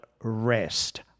REST